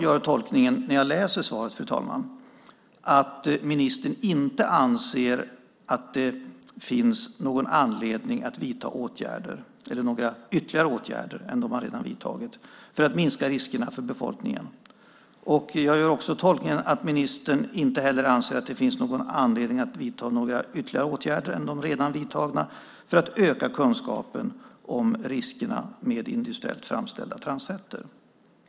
Fru talman! När jag läser svaret gör jag den tolkningen att ministern inte anser att det finns någon anledning att vidta några ytterligare åtgärder än dem man redan vidtagit för att minska riskerna för befolkningen. Jag gör också den tolkningen att ministern inte heller anser att det finns någon anledning att vidta några ytterligare åtgärder än de redan vidtagna för att öka kunskapen om riskerna med industriellt framställda transfetter.